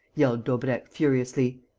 yelled daubrecq, furiously.